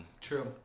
True